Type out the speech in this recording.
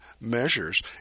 measures